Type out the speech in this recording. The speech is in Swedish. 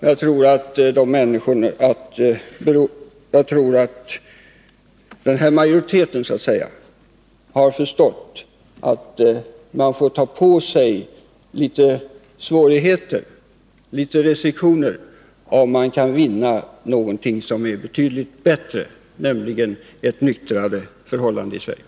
Jag tror att den här majoriteten har förstått att man får ta på sig litet svårigheter, litet restriktioner, om man kan vinna någonting som är betydligt bättre, nämligen nyktrare förhållanden i Sverige.